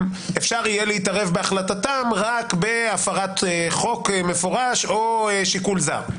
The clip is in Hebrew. אפשר יהיה להתערב בהחלטתם רק בהפרת חוק מפורש או שיקול זר?